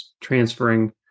transferring